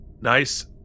Nice